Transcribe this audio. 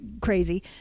crazy